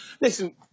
Listen